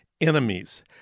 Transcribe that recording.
enemies